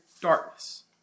darkness